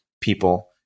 people